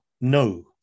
no